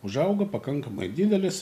užauga pakankamai didelis